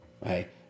right